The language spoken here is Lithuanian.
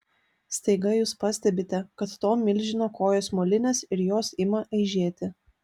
staiga jūs pastebite kad to milžino kojos molinės ir jos ima aižėti